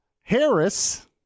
harris